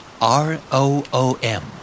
R-O-O-M